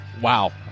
Wow